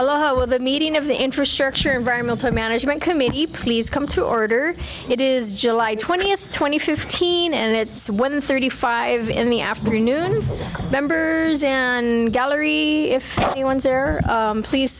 a meeting of the infrastructure environmental management committee please come to order it is july twentieth twenty fifteen and it's one thirty five in the afternoon members and gallery if anyone is there please